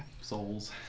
souls